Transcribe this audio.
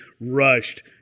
rushed